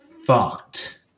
fucked